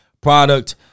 product